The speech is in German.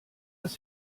dass